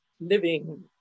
living